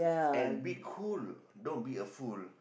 and be cool don't be a fool